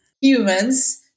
humans